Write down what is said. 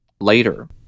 later